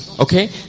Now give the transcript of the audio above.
okay